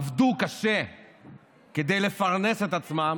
עבדו קשה כדי לפרנס את עצמם